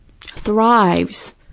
thrives